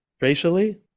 racially